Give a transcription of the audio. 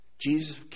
Jesus